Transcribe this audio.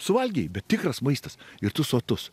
suvalgei bet tikras maistas ir tu sotus